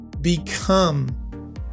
Become